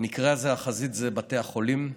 במקרה הזה החזית זה בתי החולים,